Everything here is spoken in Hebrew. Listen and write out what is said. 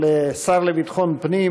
איילת נחמיאס ורבין,